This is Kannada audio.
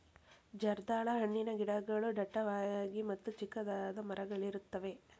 ಜರ್ದಾಳ ಹಣ್ಣಿನ ಗಿಡಗಳು ಡಟ್ಟವಾಗಿ ಮತ್ತ ಚಿಕ್ಕದಾದ ಮರಗಳಿರುತ್ತವೆ